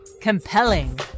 Compelling